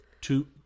two